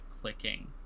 clicking